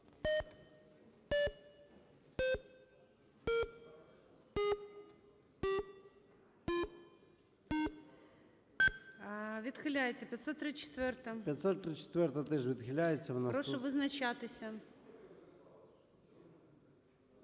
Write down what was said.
Відхиляється. 673-я. Прошу визначатися.